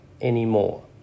anymore